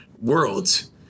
worlds